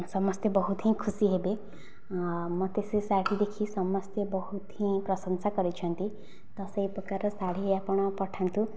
ସମସ୍ତେ ବହୁତ ହିଁ ଖୁସି ହେବେ ମୋତେ ସେ ଶାଢ଼ୀ ଦେଖି ସମସ୍ତେ ବହୁତ ହିଁ ପ୍ରଶଂସା କରିଛନ୍ତି ତ ସେହିପ୍ରକାର ଶାଢ଼ୀ ଆପଣ ପଠାନ୍ତୁ